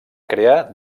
crear